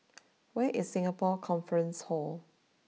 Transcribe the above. where is Singapore Conference Hall